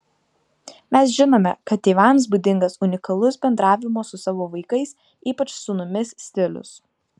mes žinome kad tėvams būdingas unikalus bendravimo su savo vaikais ypač sūnumis stilius